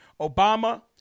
Obama